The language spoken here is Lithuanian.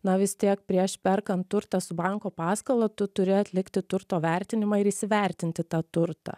na vis tiek prieš perkant turtą su banko paskola tu turi atlikti turto vertinimą ir įsivertinti tą turtą